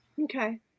okay